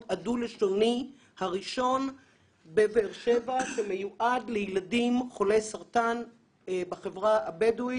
הדו-לשוני הראשון בבאר שבע שמיועד לילדים חולי סרטן בחברה הבדואית